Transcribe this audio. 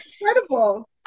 Incredible